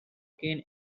cane